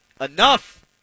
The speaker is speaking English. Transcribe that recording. Enough